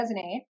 resonate